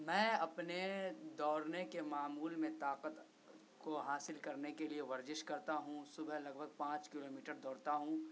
میں اپنے دوڑنے کے معمول میں طاقت کو حاصل کرنے کے لیے ورزش کرتا ہوں صبح لگ بھگ پانچ کلو میٹر دوڑتا ہوں